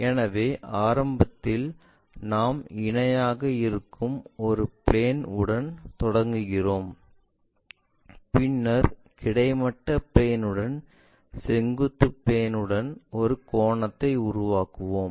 எனவே ஆரம்பத்தில் நாம் இணையாக இருக்கும் ஒரு பிளேன் உடன் தொடங்குகிறோம் பின்னர் கிடைமட்ட பிளேன் உடன் செங்குத்து பிளேன் உடன் ஒரு கோணத்தை உருவாக்குவோம்